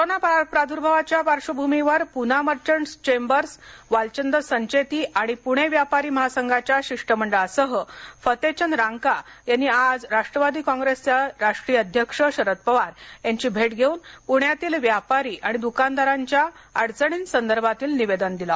corona प्रादुर्भावाच्या पार्श्वभूमीवर Poona merchants chambers Walchand Sancheti तसेच पुणे व्यापारी महासंघाच्या शिष्टमंडळासह फतेचंद रांका यांनी आज राष्ट्रवादी काँप्रेसचे राष्ट्रीय अध्यक्ष शरद पवार यांची भेट घेऊन पुण्यातील व्यापारी आणि दुकानदारांच्या अडचणींसंदर्भातील निवेदन दिल